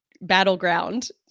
battleground